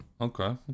Okay